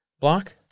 block